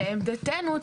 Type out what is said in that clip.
לעמדתנו,